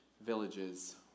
villages